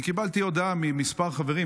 אני קיבלתי הודעה מכמה חברים,